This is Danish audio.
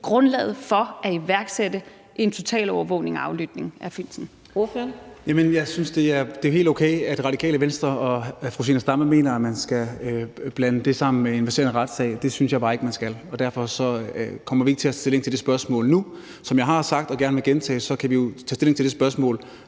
næstformand (Karina Adsbøl): Ordføreren. Kl. 18:24 Bjørn Brandenborg (S): Det er jo helt okay, at Radikale Venstre og fru Zenia Stampe mener, at man skal blande det sammen med en verserende retssag. Det synes jeg bare ikke man skal, og derfor kommer vi ikke til at tage stilling til det spørgsmål nu. Som jeg har sagt og gerne vil gentage, kan vi jo tage stilling til det spørgsmål,